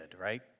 right